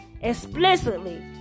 explicitly